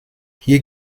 hier